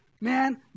Man